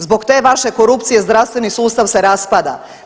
Zbog te vaše korupcije zdravstveni sustav se raspada.